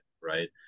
right